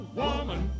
woman